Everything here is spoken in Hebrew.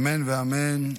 אמן ואמן.